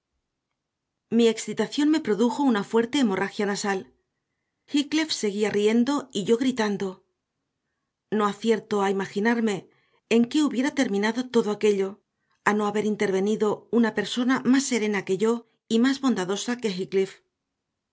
mi excitación me produjo una fuerte hemorragia nasal heathcliff seguía riendo y yo gritando no acierto a imaginarme en qué hubiera terminado todo aquello a no haber intervenido una persona más serena que yo y más bondadosa que